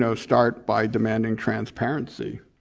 so start by demanding transparency,